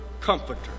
comforter